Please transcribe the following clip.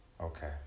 Okay